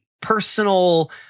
personal